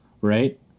Right